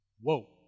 Whoa